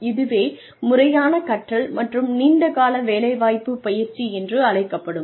இதுவே முறையான கற்றல் மற்றும் நீண்டகால வேலைவாய்ப்பு பயிற்சி என்று அழைக்கப்படும்